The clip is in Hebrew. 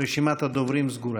רשימת הדוברים סגורה.